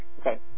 Okay